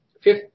Fifth